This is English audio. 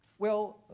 well,